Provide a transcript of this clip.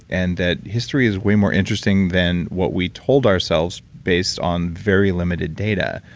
and that history is way more interesting than what we told ourselves based on very limited data,